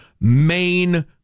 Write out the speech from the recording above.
main